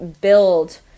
build